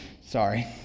sorry